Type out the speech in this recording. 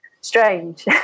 strange